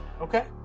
okay